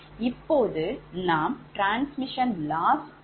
இப்போது நாம் transmission loss formula பார்முலாவை காணலாம்